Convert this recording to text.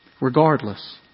Regardless